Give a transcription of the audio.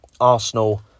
Arsenal